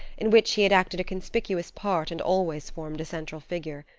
in which he had acted a conspicuous part and always formed a central figure.